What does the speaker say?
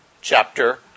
chapter